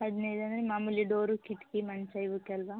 ಹದಿನೈದು ಅಂದರೆ ಮಾಮೂಲಿ ಡೋರು ಕಿಟಕಿ ಮಂಚ ಇವಕ್ಕೆ ಅಲ್ಲವಾ